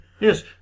Yes